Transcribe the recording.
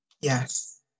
Yes